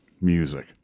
music